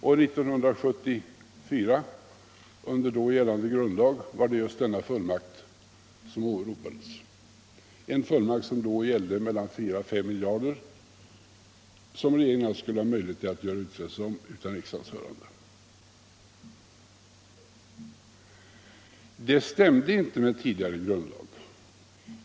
År 1974, under då gällande grundlag, var det just denna fullmakt som åberopades, en fullmakt som då gällde mellan 4 och 5 miljarder, som regeringen skulle ha möjlighet att göra utfästelser om utan riksdagens hörande. Det stämde inte med tidigare grundlag.